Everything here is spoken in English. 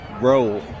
roll